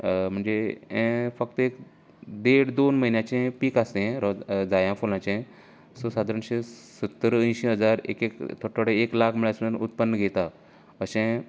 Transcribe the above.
म्हणजे हें फक्त एक देड दोन म्हन्यांचे पीक आसता हें रोजा जायां फुलांचे सो सादारणशीं सत्तर अंयशीं हजार एक एक थोड थोडे एक लाख म्हळ्यार उत्पन्न घेतात अशें